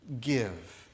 give